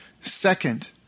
Second